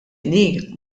inhi